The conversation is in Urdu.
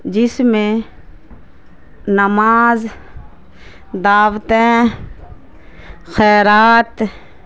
جس میں نماز دعوتیں خیرات